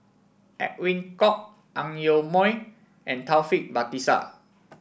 Edwin Koek Ang Yoke Mooi and Taufik Batisah